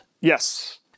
yes